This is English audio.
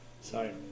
Sorry